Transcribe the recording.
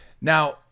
Now